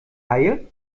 haie